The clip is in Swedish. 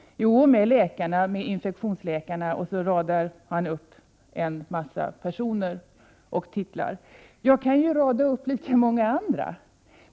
Jo, med infektionsläkarna, och så radar han upp en mängd personer och titlar. För min del kan jag rada upp lika många andra.